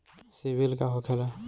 सीबील का होखेला?